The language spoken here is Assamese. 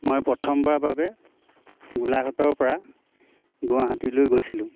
মই প্ৰথমবাৰৰ বাবে গোলাঘাটৰপৰা গুৱাহাটীলৈ গৈছিলোঁ